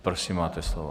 Prosím, máte slovo.